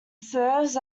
serves